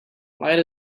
might